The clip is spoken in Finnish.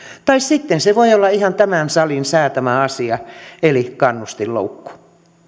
tai sitten se voi olla ihan tämän salin säätämä asia eli kannustinloukku